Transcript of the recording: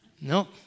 No